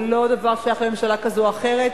זה לא דבר ששייך לממשלה כזו או אחרת.